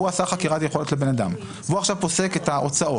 הוא עשה חקירת יכולת לבן אדם והוא עכשיו פוסק את ההוצאות,